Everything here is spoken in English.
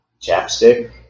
chapstick